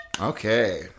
Okay